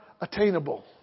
attainable